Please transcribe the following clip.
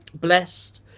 Blessed